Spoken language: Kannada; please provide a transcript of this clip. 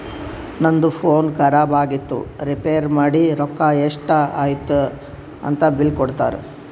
ನಂದು ಫೋನ್ ಖರಾಬ್ ಆಗಿತ್ತು ರಿಪೇರ್ ಮಾಡಿ ರೊಕ್ಕಾ ಎಷ್ಟ ಐಯ್ತ ಅಂತ್ ಬಿಲ್ ಕೊಡ್ತಾರ್